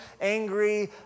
angry